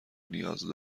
نیاز